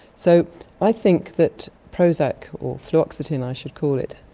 so i think that prozac, or fluoxetine i should call it,